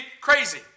crazy